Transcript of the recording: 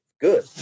Good